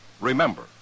remember